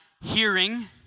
hearing